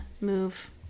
move